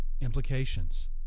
implications